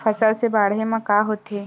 फसल से बाढ़े म का होथे?